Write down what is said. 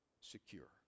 Secure